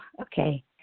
Okay